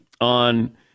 on